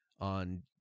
on